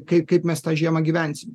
kaip kaip mes tą žiemą gyvensim